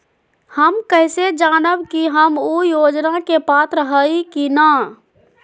हम कैसे जानब की हम ऊ योजना के पात्र हई की न?